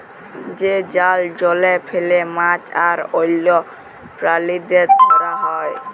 যে জাল জলে ফেলে মাছ আর অল্য প্রালিদের ধরা হ্যয়